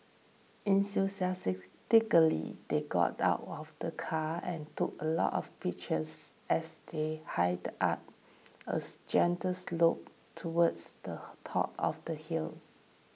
enthusiastically they got out of the car and took a lot of pictures as they hide up as gentle slope towards the top of the hill